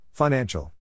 Financial